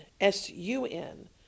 S-U-N